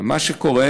מה שקורה,